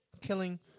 killing